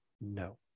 no